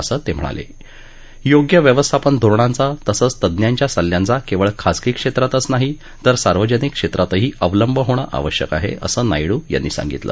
असं तक्हिणाल ओग्य व्यवस्थापन धोरणांचा तसंच तज्ञांच्या सल्ल्यांचा क्विळ खासगी क्षम्रातच नाही तर सार्वजनिक क्षम्रातही अवलंब होणं आवश्यक आहा असं नायडू यांनी सांगितलं